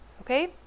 okay